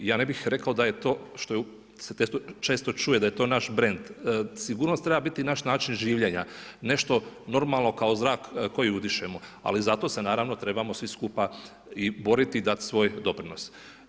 Ja ne bih rekao, da je to što se to često čuje, da je to naš brend, sigurnost treba biti naš način življenja, nešto normalno kao zrak koji udišemo, ali zato se naravno, trebamo svi skupa i boriti dati svoj doprinos.